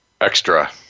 extra